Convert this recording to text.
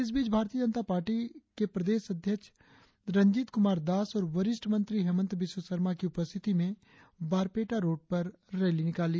इस बीच भारतीय जनता पार्टी ने प्रदेश अध्यक्ष रंजीत कुमार दास और वरिष्ठ मंत्री हेमन्त बिस्व सरमा की उपस्थिति में बारपेटा रोड पर रैली निकाली